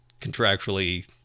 contractually